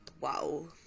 Wow